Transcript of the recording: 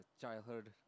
childhood